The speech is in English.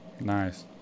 Nice